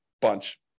bunch